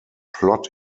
plot